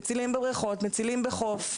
אם זה בבריכות ואם זה בחופים.